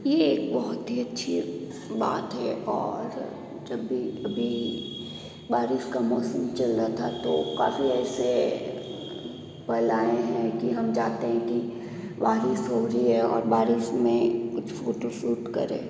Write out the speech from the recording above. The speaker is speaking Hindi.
यह एक बहुत ही अच्छी बात है और जब भी कभी बारिश का मौसम चल रहा था तो काफ़ी ऐसे पल आए हैं कि हम चाहते कि बारिश हो रही है और बारिश में कुछ फ़ोटोशूट करें